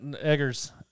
Eggers